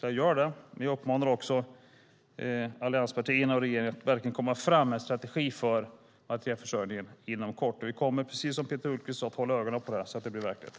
Jag uppmanar också allianspartierna och regeringen att verkligen komma fram med en strategi för materielförsörjningen inom kort. Vi kommer, precis som Peter Hultqvist sade, att hålla ögonen på det här så att det blir verklighet.